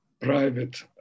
private